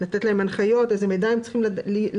לתת להם הנחיות איזה מידע הם צריכים לדעת,